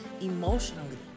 emotionally